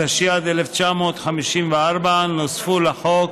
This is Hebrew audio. התשי"ד 1954, נוספו לחוק